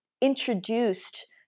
introduced